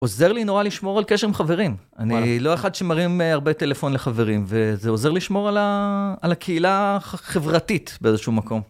עוזר לי נורא לשמור על קשר עם חברים. אני לא אחד שמרים הרבה טלפון לחברים, וזה עוזר לשמור על הקהילה החברתית באיזשהו מקום.